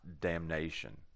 damnation